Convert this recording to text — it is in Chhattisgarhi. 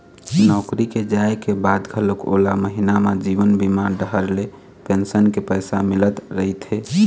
नौकरी के जाए के बाद घलोक ओला महिना म जीवन बीमा डहर ले पेंसन के पइसा मिलत रहिथे